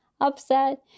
upset